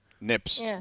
nips